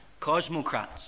cosmocrats